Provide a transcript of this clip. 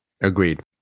Agreed